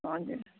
हजुर